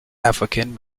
african